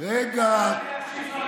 אתה יודע שאם, רגע, רגע.